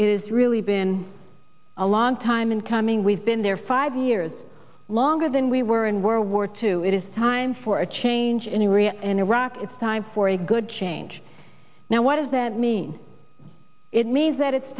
is really been a long time in coming we've been there five years longer than we were in world war two it is time for a change in the ria in iraq it's time for a good change now what does that mean it means that it's